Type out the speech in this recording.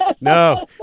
No